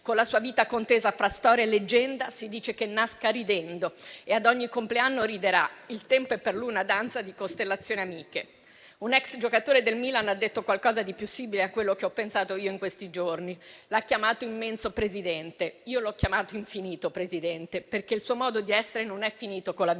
Con la sua vita contesa fra storia e leggenda, si dice che nasca ridendo e ad ogni compleanno riderà, il tempo è per lui una danza di costellazioni amiche. Un ex giocatore del Milan ha detto qualcosa di più simile a quello che ho pensato io in questi giorni: l'ha chiamato «immenso Presidente»; lo l'ho chiamato «infinito Presidente», perché il suo modo di essere non è finito con la vita